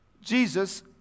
Jesus